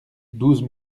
douze